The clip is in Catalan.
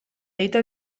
dita